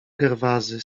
gerwazy